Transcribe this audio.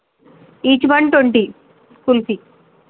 each one twenty kulfi